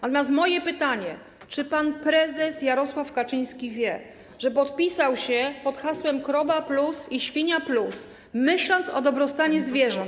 Natomiast moje pytanie: Czy pan prezes Jarosław Kaczyński wie, że podpisał się pod hasłem krowa+ i świnia+, myśląc o dobrostanie zwierząt?